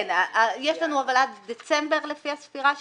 אבל יש לנו עד דצמבר לפי הספירה שלי.